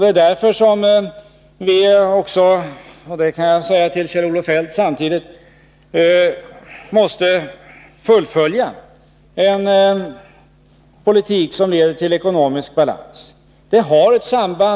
Det är därför som vi — och det kan jag också säga till Kjell-Olof Feldt — måste fullfölja en politik som leder till ekonomisk balans.